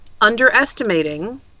underestimating